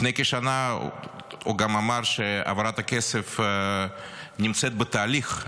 לפני כשנה הוא גם אמר שהעברת הכסף נמצאת בתהליך,